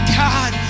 god